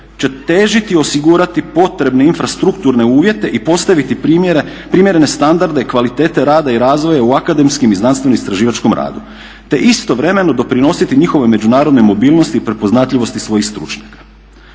će težiti osigurati potrebne infrastrukturne uvjete i postaviti primjerene standarde kvalitete rada i razvoja u akademskom i znanstveno-istraživačkom radu, te istovremeno doprinositi njihovoj međunarodnoj mobilnosti i prepoznatljivosti svojih stručnjaka.